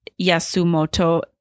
Yasumoto